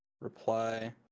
Reply